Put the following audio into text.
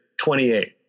28